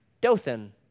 Dothan